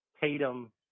Tatum